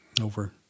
over